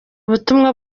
butumwa